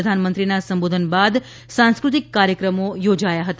પ્રધાનમંત્રીના સંબોધન બાદ સાંસ્કૃતિક કાર્યક્રમો યોજાયા હતા